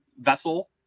vessel